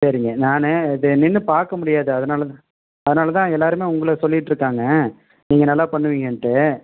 சரிங்க நான் அதை நின்று பார்க்க முடியாது அதனால் தான் அதனால் தான் எல்லாருமே உங்களை சொல்லிகிட்டுருக்காங்க நீங்கள் நல்லா பண்ணுவீங்கன்ட்டு